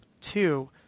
two